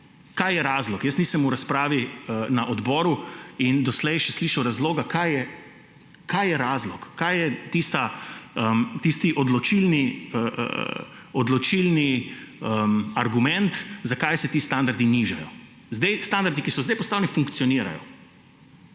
Kaj je razlog? V razpravi na odboru in doslej še nisem slišal razloga, kaj je razlog, kaj je tisti odločilni argument, zakaj se ti standardi nižajo. Standardi, ki so zdaj postavljeni funkcionirajo.